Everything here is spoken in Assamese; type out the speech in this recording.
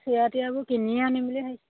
চিৰা তিৰাবোৰ কিনিয়ে আনিম বুলি ভাবিছোঁ